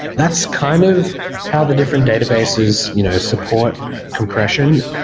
that's kind of how the different databases you know support compression.